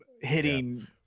hitting